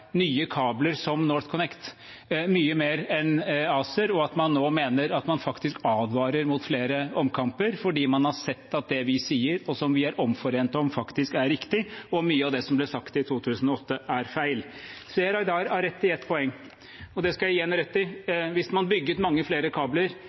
nye kabler som NorthConnect – mye mer enn ACER. Og man advarer faktisk nå mot flere omkamper fordi man har sett at det vi sier, og som vi er omforent om, faktisk er riktig, og at mye av det som ble sagt i 2008, er feil. Seher Aydar har rett i et poeng, og det skal jeg gi henne rett i.